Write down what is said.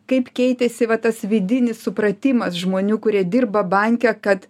kaip keitėsi va tas vidinis supratimas žmonių kurie dirba banke kad